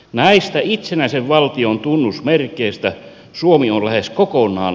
näistä itsenäisen valtion tunnusmerkeistä suomi on lähes kokonaan